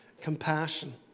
compassion